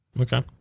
okay